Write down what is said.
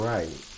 Right